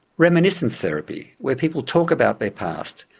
reminiscence therapy, where people talk about their past,